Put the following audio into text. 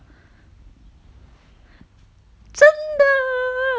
真的